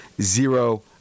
Zero